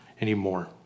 anymore